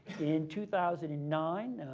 in two thousand and nine,